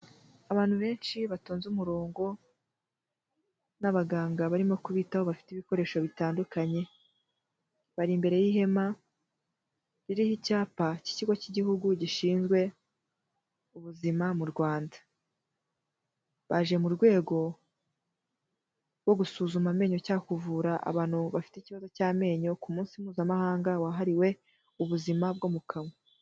Abantu benshi batonze umurongo n'abaganga barimo kubitaho bafite ibikoresho bitandukanye, bari imbere y'ihema ririho icyapa k'Ikigo cy'Igihugu gizwe ubuzima mu Rwanda, baje mu rwego rwo gusuzuma amenyo kuvura abantu bafite ikibazo cy'amenyo ku munsi Mpuzamahanga wahariwe ubuzima bwo mu kanwa.